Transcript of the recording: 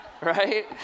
Right